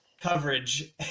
coverage